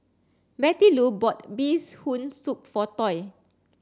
Bettylou bought Bees Hoon soup for Toy